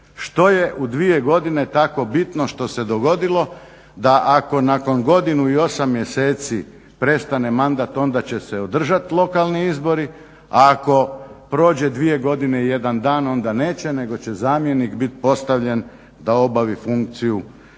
što je u dvije godine tako bitno što se dogodilo da ako nakon godinu i 8 mjeseci prestane mandat onda će se održati lokalni izbori, a ako prođe dvije godine i jedan dan onda neće nego će zamjenik biti postavljen da obavi funkciju